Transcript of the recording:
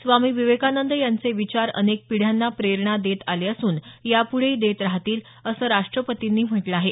स्वामी विवेकानंद यांचे विचार अनेक पिढ्यांना प्रेरणा देत आले असून यापूढेही देत राहतील असं राष्टपतींनी म्हटलं आहे